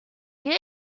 good